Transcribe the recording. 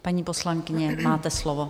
Paní poslankyně, máte slovo.